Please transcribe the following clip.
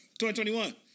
2021